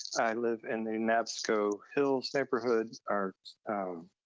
i live in the neabsco hills neighborhood. our